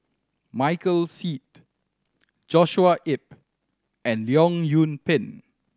Michael Seet Joshua Ip and Leong Yoon Pin